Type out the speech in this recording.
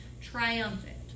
triumphant